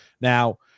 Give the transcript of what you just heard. Now